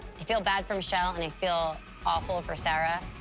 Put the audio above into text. i feel bad for michelle, and i feel awful for sarah.